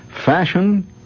Fashion